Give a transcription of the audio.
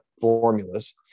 formulas